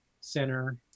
Center